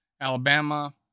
Alabama